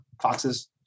foxes